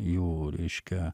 jų reiškia